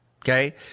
Okay